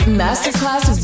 masterclass